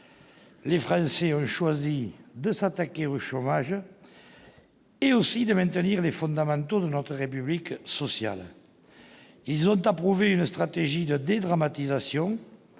Ils ont choisi de s'attaquer au chômage et de maintenir les fondamentaux de notre République sociale. Ils ont approuvé une stratégie de dédramatisation